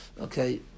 Okay